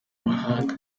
mahanga